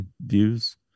views